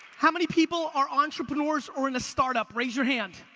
how many people are entrepreneurs or in a startup? raise your hand.